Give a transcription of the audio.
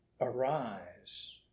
Arise